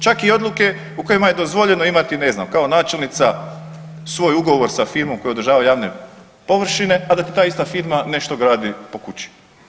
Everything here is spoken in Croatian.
Čak i odluke u kojima je dozvoljeno imati ne znam kao načelnica svoj ugovor sa firmom koja održava javne površine, a da ti ta ista firma nešto gradi po kući.